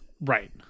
Right